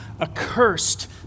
accursed